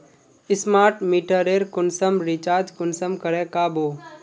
Smart मीटरेर कुंसम recharge कुंसम करे का बो?